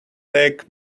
take